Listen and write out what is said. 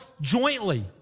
jointly